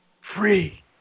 free